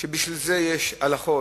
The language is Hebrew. ובשביל זה יש הלכות,